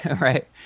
Right